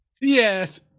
Yes